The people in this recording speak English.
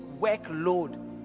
workload